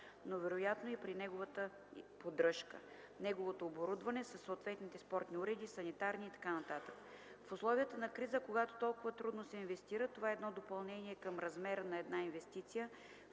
но вероятно и при неговата поддръжка, неговото оборудване със съответните спортни уреди, санитарни и така нататък. В условията на криза, когато толкова трудно се инвестира, това е едно допълнение към размера на една инвестиция,